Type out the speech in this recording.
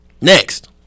Next